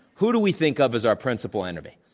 who do we think of as our principal enemy?